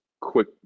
quick